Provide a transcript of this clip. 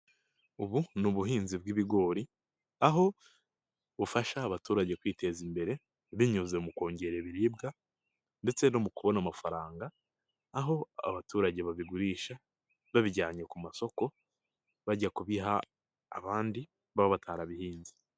Ubu ni ubuhinzi bw'ibigori, aho bufasha abaturage kwiteza imbere, binyuze mu kongera ibiribwa ndetse no mu kubona amafaranga, aho abaturage babigurisha, babijyanye ku masoko, bajya kubiha abandi, baba batarabihinze.